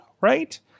right